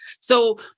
So-